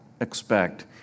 expect